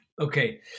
Okay